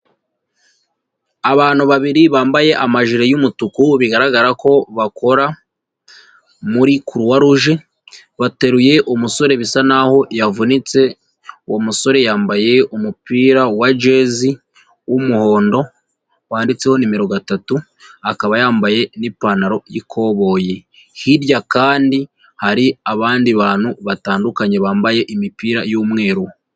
Abantu babiri bambaye amajire y'umutuku bigaragara ko bakora muri croix rouge, bateruye umusore bisa n'aho yavunitse, uwo musore yambaye umupira wa jezi w'umuhondo wanditseho nimero gatatu, akaba yambaye n'ipantaro y'ikoboyi. Hirya kandi hari abandi bantu batandukanye bambaye imipira y'umweru.